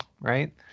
right